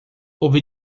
ouvi